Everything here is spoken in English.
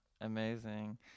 amazing